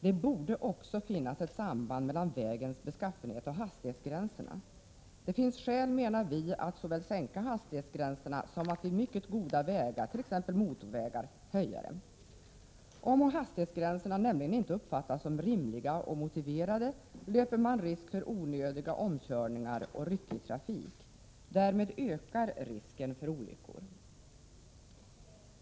Det borde också finnas ett samband mellan vägens beskaffenhet och hastighetsgränserna. Det finns skäl, menar vi, att såväl sänka hastighetsgränserna som att vid mycket goda vägar, t.ex. motorvägar, höja dem. Om hastighetsgränserna nämligen inte uppfattas som rimliga och motiverade, löper man risk för onödiga omkörningar och ryckig trafik. Därmed ökar risken för olyckor.